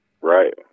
Right